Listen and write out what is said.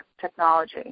technology